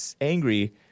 angry